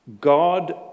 God